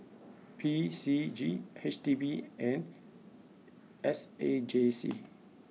P C G H D B and S A J C